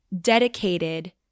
dedicated